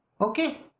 Okay